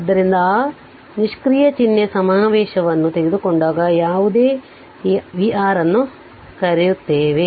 ಆದ್ದರಿಂದ ಆ ನಿಷ್ಕ್ರಿಯ ಚಿಹ್ನೆ ಕನ್ವೆಂಷನ್ ತೆಗೆದುಕೊಂಡಾಗ ಯಾವುದೇ ಈ vR ಅನ್ನು ಕರೆಯುತ್ತೇವೆ